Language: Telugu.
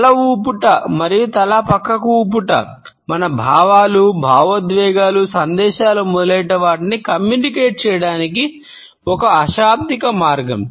తల ఊపూట మార్గం